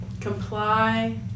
comply